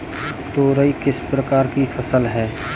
तोरई किस प्रकार की फसल है?